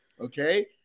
Okay